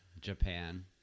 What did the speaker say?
Japan